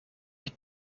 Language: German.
ich